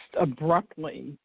abruptly –